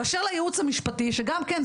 באשר לייעוץ המשפטי שגם כן,